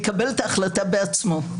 לקבל את ההחלטה בעצמו,